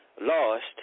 lost